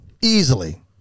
Easily